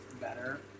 better